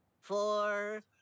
Four